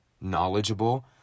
knowledgeable